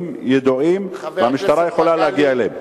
הם ידועים, והמשטרה יכולה להגיע אליהם.